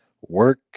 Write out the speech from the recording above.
work